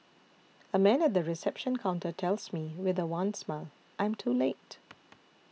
a man at the reception counter tells me with a wan smile I am too late